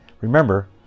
Remember